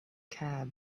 cab